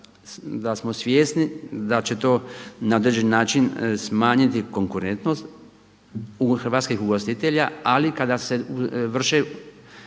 da smo svjesni da će to na određeni način smanjiti konkurentnost u hrvatskih ugostitelja, ali kada se vrše